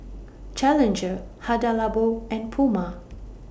Challenger Hada Labo and Puma